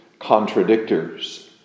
contradictors